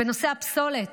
בנושא הפסולת,